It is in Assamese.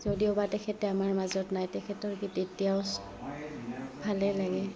যদিও বা তেখেত আমাৰ মাজত নাই তেখেতৰ গীত এতিয়াও ভালেই লাগে